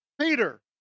Peter